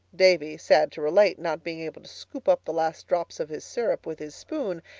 davy, sad to relate, not being able to scoop up the last drops of his syrup with his spoon,